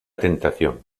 tentación